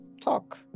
talk